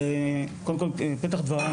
קודם כול בפתח דבריי,